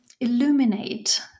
illuminate